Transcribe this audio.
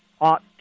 ought